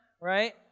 right